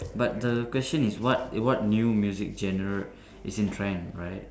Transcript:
but the question is what what new music general is in trend right